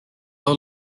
low